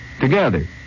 together